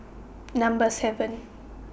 Number seven